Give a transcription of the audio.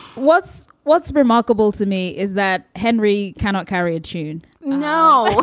what's what's remarkable to me is that henry cannot carry a tune now,